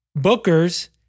bookers